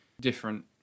different